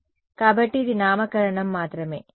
కాబట్టి ఇది నామకరణం మాత్రమే